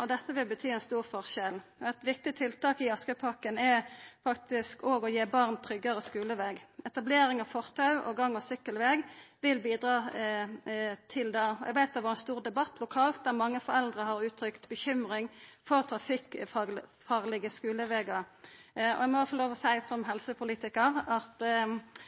og dette vil bety ein stor forskjell. Eit viktig tiltak i Askøypakken er faktisk òg å gi barn tryggare skuleveg. Etablering av fortau og gang- og sykkelveg vil bidra til det. Eg veit at det har vore ein stor debatt lokalt, der mange foreldre har uttrykt bekymring for trafikkfarlege skulevegar. Eg må, som helsepolitikar, få lov til å